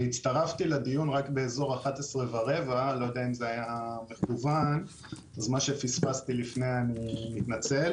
אני הצטרפתי לדיון רק באזור 11:15. אז על מה שפספסתי לפני אני מתנצל.